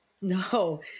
No